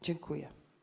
Dziękuję.